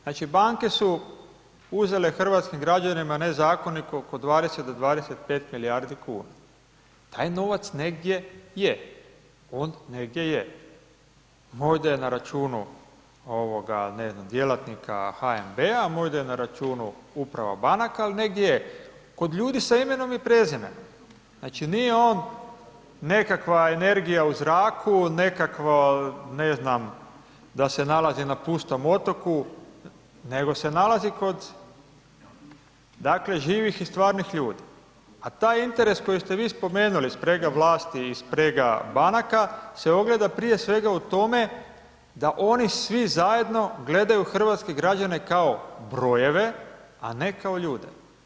Znači, banke su uzele hrvatskim građanima nezakonito oko od 20 do 25 milijardi kuna, taj novac negdje je, on negdje je, možda je na računu ne znam djelatnika HNB-a, možda je na računu uprave banaka ali negdje je kod ljudi sa imenom i prezimenom, znači nije on nekakva energija u zraku, nekakvo ne znam da se nalazi na pustom otoku, nego se nalazi kod dakle živih i stvarnih ljudi, a taj interes koji ste vi spomenuli, sprega vlasti i sprega banaka se ogleda prije svega u tome da oni svi zajedno gledaju hrvatske građane kao brojeve, a ne kao ljude.